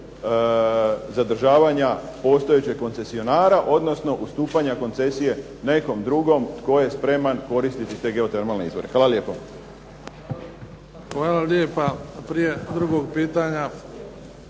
zadržavanja postojećeg koncesionara, odnosno ustupanja koncesije nekom drugom tko je spreman koristiti te geotermalne izvore. Hvala lijepo. **Bebić, Luka (HDZ)** Hvala lijepa. Prije drugog pitanja